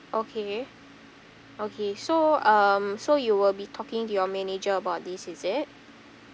okay okay so um so you will be talking to your manager about this is it